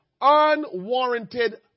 unwarranted